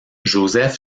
joseph